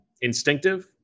instinctive